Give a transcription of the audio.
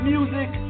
Music